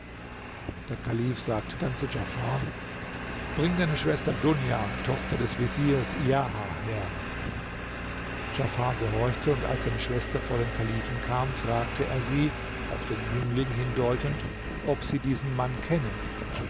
der kalif sagte dann zu djafar bring deine schwester dunja tochter des veziers lahia her djafar gehorchte und als seine schwester vor den kalifen kam fragte er sie auf den jüngling hindeutend ob sie diesen mann kenne